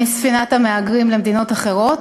מספינת המהגרים למדינות אחרות.